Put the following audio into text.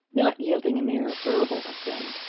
not yielding a mere verbal assent.